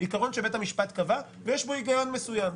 עיקרון שבית המשפט קבע, ויש בו היגיון מסוים.